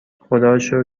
خداروشکر